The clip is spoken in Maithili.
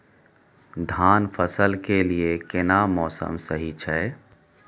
धान फसल के लिये केना मौसम सही छै?